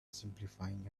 simplifying